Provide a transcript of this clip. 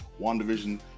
WandaVision